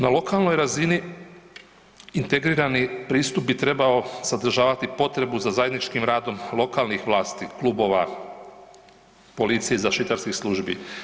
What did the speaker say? Na lokalnoj razini, integrirani pristup bi trebao sadržavati potrebu za zajedničkim radom lokalnih vlasti, klubova, zaštitarskih službi.